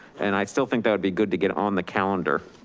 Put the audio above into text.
and i still think that would be good to get on the calendar.